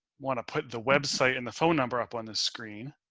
want to put the website in the phone number up on the screen.